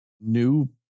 new